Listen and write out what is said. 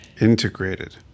Integrated